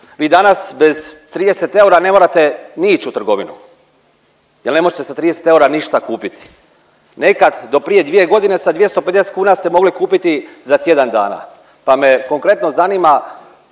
Vi danas bez 30 eura ne morate ni ići u trgovinu. Jer ne možete sa 30 eura ništa kupiti. Nekad do prije dvije godine sa 250 kuna ste mogli kupiti za tjedan dana pa me konkretno zanima